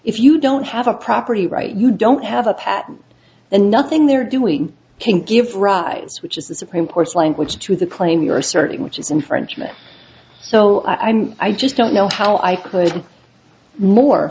if you don't have a property right you don't have a patent and nothing they're doing can give rise which is the supreme court's language to the claim you're asserting which is infringement so i mean i just don't know how i could mor